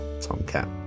tomcat